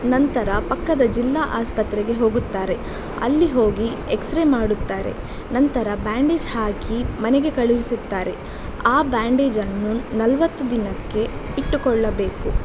ನಂತರ ಪಕ್ಕದ ಜಿಲ್ಲಾ ಆಸ್ಪತ್ರೆಗೆ ಹೋಗುತ್ತಾರೆ ಅಲ್ಲಿ ಹೋಗಿ ಎಕ್ಸ್ರೇ ಮಾಡುತ್ತಾರೆ ನಂತರ ಬ್ಯಾಂಡೇಜ್ ಹಾಕಿ ಮನೆಗೆ ಕಳುಹಿಸುತ್ತಾರೆ ಆ ಬ್ಯಾಂಡೇಜನ್ನು ನಲ್ವತ್ತು ದಿನಕ್ಕೆ ಇಟ್ಟುಕೊಳ್ಳಬೇಕು